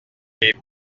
les